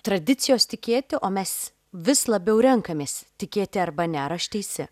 tradicijos tikėti o mes vis labiau renkamės tikėti arba ne ar aš teisi